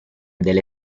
delle